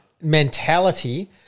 mentality